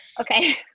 Okay